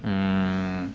mm